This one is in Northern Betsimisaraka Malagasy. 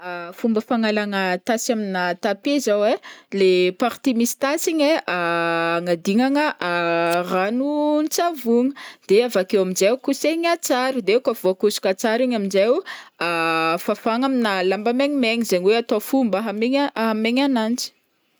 Fomba fagnalagna tasy aminà tapis zao ai le partie misy tasy igny ai agnadignagna ranon-tsavôgno de avakeo am'jay kosehigna tsara de kaofa voakosika tsara igny am'jay o fafagna aminà lamba mainamaigna zegny hoe atao fomba hamaigna- hahamaigna ananjy.